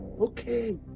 Okay